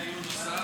יש דיון נוסף,